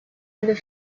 other